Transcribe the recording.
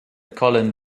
colin